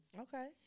Okay